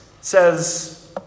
says